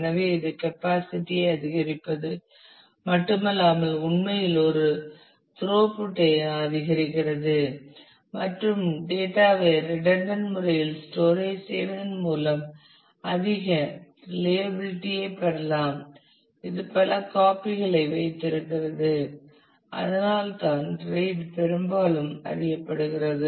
எனவே இது கெப்பாசிட்டி ஐ அதிகரிப்பது மட்டுமல்லாமல் உண்மையில் ஒரு துரோஃபுட் ஐ அதிகரிக்கிறது மற்றும் டேட்டா ஐ ரிடன்டன்ட் முறையில் ஸ்டோரேஜ் செய்வதன் மூலமும் அதிக ரிலியபிலிடி ஐ பெறலாம் இது பல காப்பிகளை வைத்திருக்கிறது அதனால்தான் RAID பெரும்பாலும் அறியப்படுகிறது